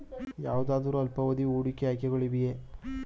ಯಾವುದಾದರು ಅಲ್ಪಾವಧಿಯ ಹೂಡಿಕೆ ಆಯ್ಕೆಗಳಿವೆಯೇ?